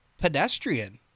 pedestrian